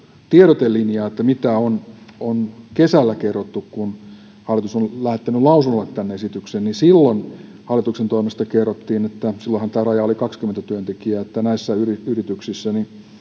tiedotelinjaa että mitä on on kesällä kerrottu kun hallitus on lähettänyt lausunnolle tämän esityksen ja silloin hallituksen toimesta kerrottiin silloinhan tämä raja oli kaksikymmentä työntekijää että näissä yrityksissä